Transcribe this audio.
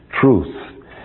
truth